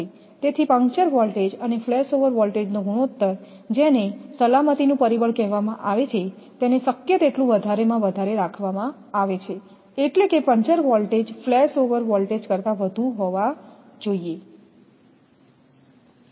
તેથી puncture voltage અને flash over voltage નો ગુણોત્તર જેને સલામતીનું પરિબળ કહેવામાં આવે છે તેને શક્ય તેટલું વધારેમાં વધારે રાખવામાં આવે છે એટલે કે puncture voltage flash over voltage કરતા વધુ હોવો જોઈએ